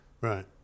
Right